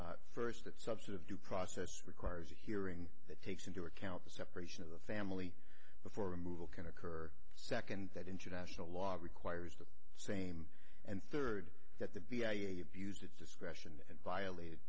their first that subset of due process requires a hearing that takes into account the separation of the family before removal can occur second that international law requires the same and third that the v a abused its discretion and violated